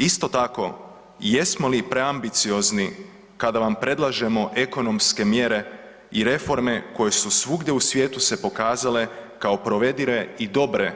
Isto tako, jesmo li preambiciozni kada vam predlažemo ekonomske mjere i reforme koje su svugdje u svijetu se pokazale kao provedive i dobre